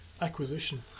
acquisition